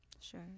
Sure